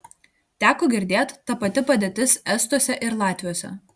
teko girdėt ta pati padėtis estuose ir latviuose